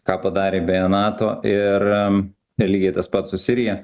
ką padarė beje nato ir lygiai tas pats su sirija